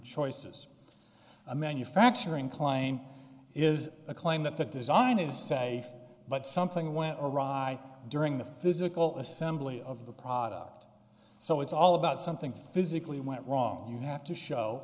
choices a manufacturing claim is a claim that the design is safe but something went awry during the things ical assembly of the product so it's all about something to physically went wrong you have to show